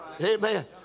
Amen